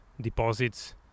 deposits